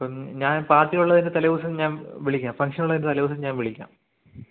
അപ്പം ഞാൻ ബാക്കിയുള്ളതൊക്കെ തലേദിവസം ഞാൻ വിളിക്കാം ഫംഗ്ഷനുള്ളതിൻ്റെ തലേദിവസം ഞാൻ വിളിക്കാം